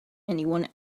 anyone